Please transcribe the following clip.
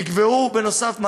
נקבעה, בנוסף,